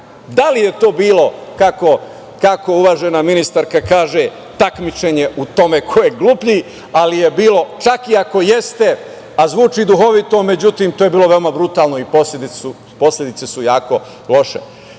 li je to bilo, kako uvažena ministarka kaže, takmičenje u tome ko je gluplji, ali je bilo, čak i ako jeste a zvuči duhovito, međutim to je bilo veoma brutalno i posledice su jako